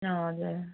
हजुर